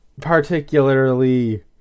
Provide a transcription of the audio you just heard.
particularly